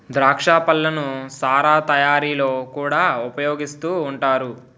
ద్రాక్ష పళ్ళను సారా తయారీలో కూడా ఉపయోగిస్తూ ఉంటారు